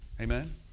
Amen